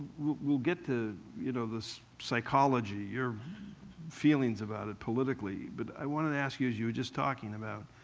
we'll get to you know this psychology, your feelings about it politically, but i wanted to ask you, as you were just talking about,